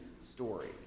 story